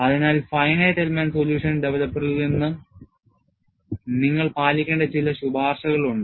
അതിനാൽ finite element solution ഡവലപ്പറിൽ നിന്ന് നിങ്ങൾ പാലിക്കേണ്ട ചില ശുപാർശകൾ ഉണ്ട്